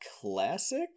classic